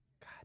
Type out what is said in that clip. God